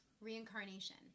Reincarnation